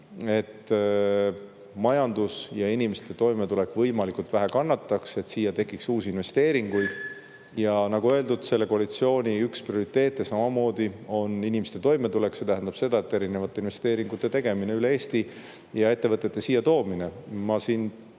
et majandus ja inimeste toimetulek võimalikult vähe kannataks ja et siia tekiks uusi investeeringuid. Ja nagu öeldud, selle koalitsiooni üks prioriteete samamoodi on inimeste toimetulek. See tähendab seda, et tehakse erinevaid investeeringuid üle Eesti ja tuuakse siia ettevõtteid. Ma siin